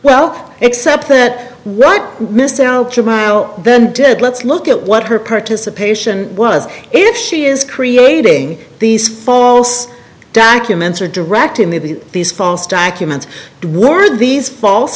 well except that what mr mile then did let's look at what her participation was if she is creating these false documents or directing the these false documents were these false